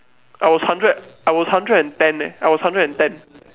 I was hundred I was hundred and ten eh I was hundred and ten